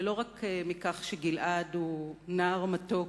ולא רק מכך שגלעד הוא נער מתוק,